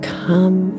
come